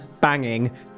banging